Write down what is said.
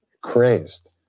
crazed